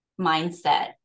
mindset